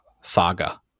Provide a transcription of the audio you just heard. saga